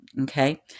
okay